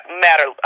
Matter